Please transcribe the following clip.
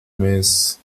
mes